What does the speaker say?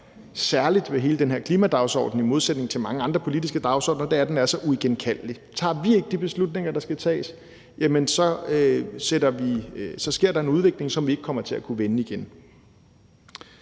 særligt ved hele den her klimadagsorden i modsætning til mange andre politiske dagsordener, nemlig at den er så uigenkaldelig. Tager vi ikke de beslutninger, der skal tages, så sker der en udvikling, som vi ikke kommer til at kunne vende igen.